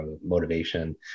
motivation